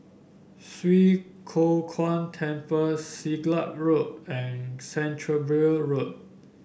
Swee Kow Kuan Temple Siglap Road and Canterbury Road